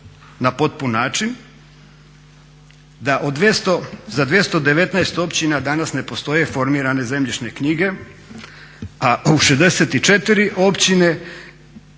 na potpun način. Da za 219 općina danas ne postoje formirane zemljišne knjige, a u 64 općine